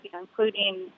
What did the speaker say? including